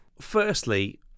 firstly